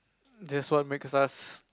that's what makes us